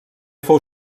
fou